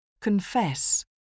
Confess